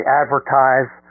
advertise